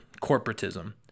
corporatism